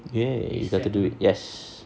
ya you have to do it yes